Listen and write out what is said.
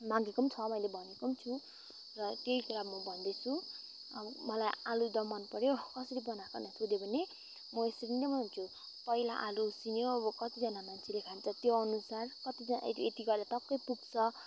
मागेको पनि छ मैले भनेको पनि छु र त्यही कुरा म भन्दैछु मलाई आलुदम मनपऱ्यो कसरी बनाको भनेर सोध्यो भने मो यसरी नै भन्छु पहिला आलु उसिन्यो अबो कति जाना मान्छेले खान्छ त्यो अनुसार कति जाना यति यति गर्दा टक्कै पुग्छ